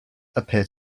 appear